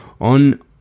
on